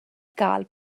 gael